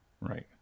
Right